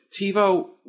TiVo